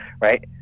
right